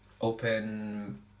open